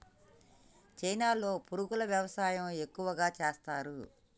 చైనాలో పురుగుల వ్యవసాయం ఎక్కువగా చేస్తరు